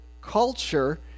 culture